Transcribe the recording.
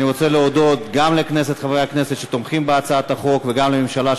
אני רוצה להודות גם לחברי הכנסת שתומכים בהצעת החוק וגם לממשלה,